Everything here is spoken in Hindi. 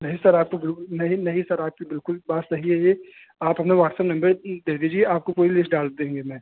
नहीं सर आपको बिल्कुल नहीं नहीं सर आपकी बिल्कुल बात सही है ये आप अपना वाट्सअप नम्बर दे दीजिए आपको अपनी पूरी लिस्ट डाल देंगे मैं